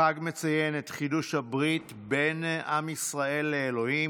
החג מציין את חידוש הברית בין עם ישראל לאלוהים,